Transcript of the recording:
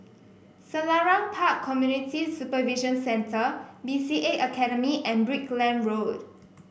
Selarang Park Community Supervision Centre B C A Academy and Brickland Road